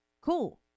Cool